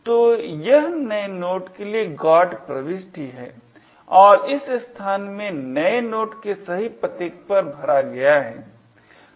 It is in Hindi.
तो यह नए नोड के लिए GOT प्रविष्टि है और इस स्थान में नए नोड के लिए सही पते पर भरा गया है